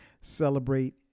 celebrate